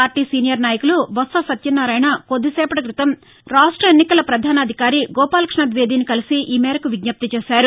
party senior నాయకులు బొత్స సత్యనారాయణ కొద్దిసేపటి క్రితం రాష్ట్ర ఎన్నికల పధానాధికారి గోపాలకృష్ణ ద్వివేదిని కలిసి ఈ మేరకు విజ్ఞప్తి చేశారు